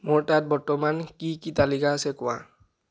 মোৰ তাত বৰ্তমান কি কি তালিকা আছে কোৱা